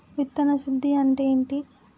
విత్తన శుద్ధి అంటే ఏంటి?